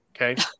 Okay